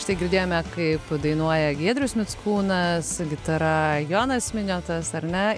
štai girdėjome kaip dainuoja giedrius mickūnas gitara jonas miniotas ar ne